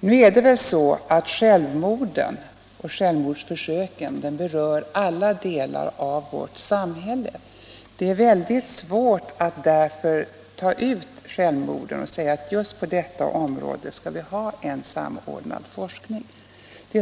Nu är det väl så att självmorden och självmordsförsöken berör alla delar av vårt samhälle. Därför är det väldigt svårt att ta ut självmorden och säga att just på detta område skall vi ha en samordnad forskning.